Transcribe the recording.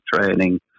training